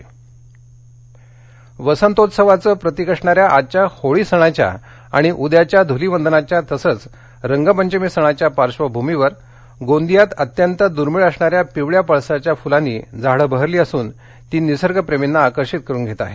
पिवळा पळस गोंदिया वसंतोत्सवाचं प्रतिक असणाऱ्या आजच्या होळी सणाच्या आणि उद्याच्या धुलीवंदनाच्या तसच रंगपंचमी सणाच्या पार्श्वभूमीवर गोंदियात अत्यंत दुर्मिळ असणाऱ्या पिवळ्या पळसाच्या फुलांनी झाड बहरली असून ती निसगप्रिमींना आकर्षित करून घेत आहेत